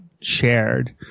shared